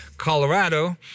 Colorado